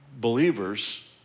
believers